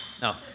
No